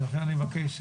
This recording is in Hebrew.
ולכן אני מבקש,